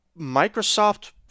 Microsoft